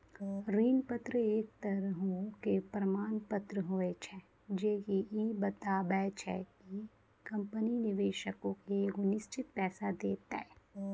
ऋण पत्र एक तरहो के प्रमाण पत्र होय छै जे की इ बताबै छै कि कंपनी निवेशको के एगो निश्चित पैसा देतै